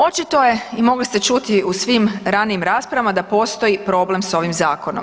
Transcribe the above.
Očito je, i mogli ste čuti u svim ranijim raspravama da postoji problem s ovim zakonom.